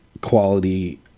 quality